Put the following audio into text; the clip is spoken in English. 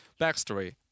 backstory